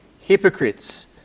hypocrites